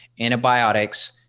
antibiotics,